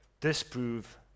disprove